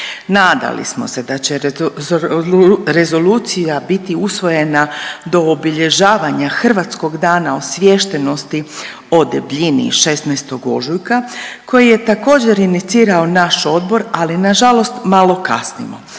Nadali smo da će rezolucija biti usvojena do obilježavanja Hrvatskog dana osviještenosti o debljini 16. ožujka koji je također inicirao naš odbor, ali nažalost malo kasnimo.